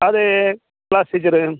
അതെ class teacher